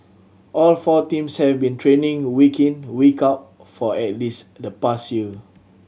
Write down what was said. all four teams have been training week in week out for at least the past year